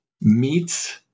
meets